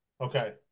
Okay